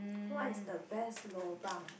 what is the best lobang